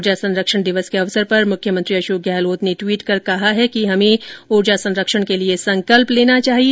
उर्जा संरक्षण दिवस के अवसर पर मुख्यमंत्री अशोक गहलोत ने ट्वीट कर कहा कि हमें उर्जा संरक्षण के लिए संकल्प लेना चाहिए